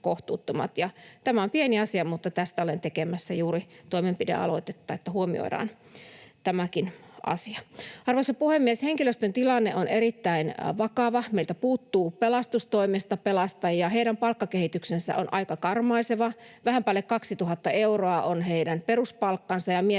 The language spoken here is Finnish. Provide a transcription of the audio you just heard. Tämä on pieni asia, mutta tästä olen tekemässä juuri toimenpidealoitetta, että huomioidaan tämäkin asia. Arvoisa puhemies! Henkilöstön tilanne on erittäin vakava. Meiltä puuttuu pelastustoimesta pelastajia. Heidän palkkakehityksensä on aika karmaiseva. Vähän päälle 2 000 euroa on heidän peruspalkkansa,